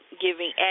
giving